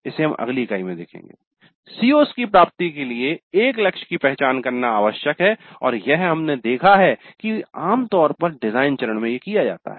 इसे हम अगली इकाई में देखेंगे CO's की प्राप्ति के लिए एक लक्ष्य की पहचान करना आवश्यक है और यह हमने देखा है कि यह आमतौर पर डिजाइन चरण में किया जाता है